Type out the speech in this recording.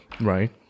Right